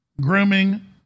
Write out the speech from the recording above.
grooming